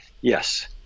yes